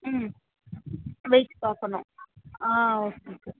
ம் வெயிட் பார்க்கணும் ஆ ஓகே